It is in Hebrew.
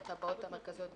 בטבעות המרכזיות בערים.